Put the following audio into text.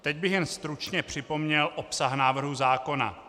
Teď bych jen stručně připomněl obsah návrhu zákona.